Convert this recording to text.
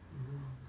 mm